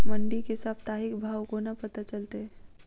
मंडी केँ साप्ताहिक भाव कोना पत्ता चलतै?